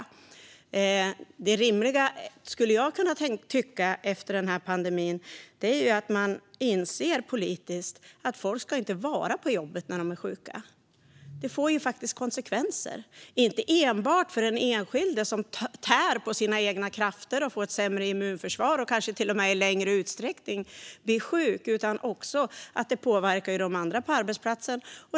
Efter den här pandemin skulle jag kunna tycka att det rimliga är att man politiskt inser att människor inte ska vara på jobbet när de är sjuka. Det får konsekvenser inte enbart för den enskilde som tär på sina egna krafter, får ett sämre immunförsvar och kanske till och med i längre utsträckning blir sjuk. Det påverkar också de andra på arbetsplatsen.